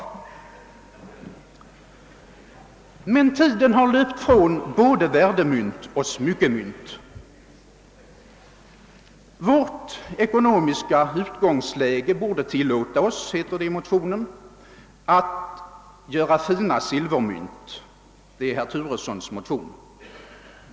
Tiden har emellertid löpt från både värdemynt och smyckemynt. Vårt ekonomiska utgångsläge borde tillåta oss; heter det i herr Turessons motion; att göra fina silvermynt.